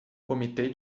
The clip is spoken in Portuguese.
comitê